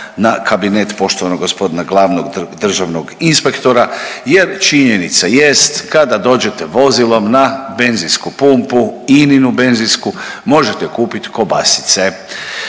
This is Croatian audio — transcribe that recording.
na kabinet poštovanog gospodina glavnog državnog inspektora jer činjenica jest kada dođete vozilom na benzinsku pumpu ININU benzinsku možete kupiti kobasice.